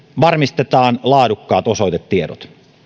varmistetaan laadukkaat osoitetiedot